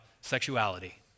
sexuality